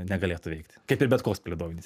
negalėtų veikti kaip ir bet koks palydovinis